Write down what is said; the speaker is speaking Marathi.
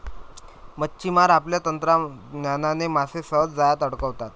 मच्छिमार आपल्या तंत्रज्ञानाने मासे सहज जाळ्यात अडकवतात